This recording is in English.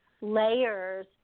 layers